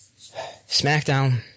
SmackDown